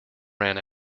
ran